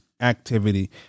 activity